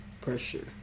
Pressure